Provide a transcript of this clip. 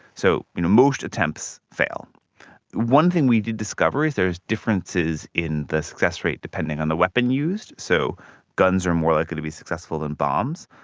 so you know most attempts fail. the one thing we did discover is there's differences in the success rate depending on the weapon used, so guns are more likely to be successful than bombs,